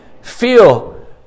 feel